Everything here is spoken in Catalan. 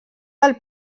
del